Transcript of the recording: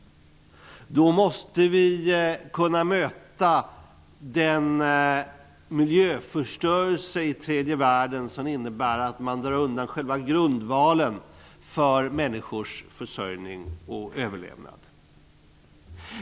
Då måste vi kunna möta den miljöförstörelse i tredje världen som innebär att man drar undan själva grundvalen för människors försörjning och överlevnad.